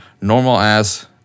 normal-ass